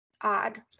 odd